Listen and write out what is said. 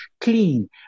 clean